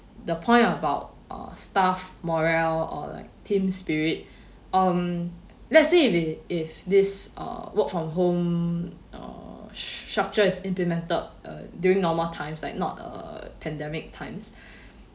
the point about uh staff morale or like team spirit um let's say if if this uh work from home uh structure is implemented uh during normal times like not a pandemic times